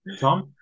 Tom